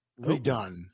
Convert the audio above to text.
redone